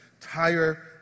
entire